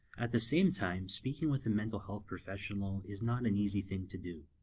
at the same time, speaking with a mental health professional is not an easy thing to do.